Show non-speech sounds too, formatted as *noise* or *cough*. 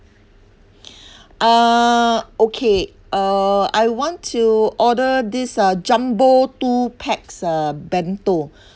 *breath* err okay err I want to order these uh jumbo two pax uh bento *breath*